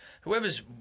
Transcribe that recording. whoever's